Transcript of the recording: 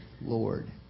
Lord